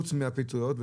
חוץ מהפטריות.